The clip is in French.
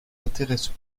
intéresse